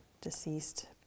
deceased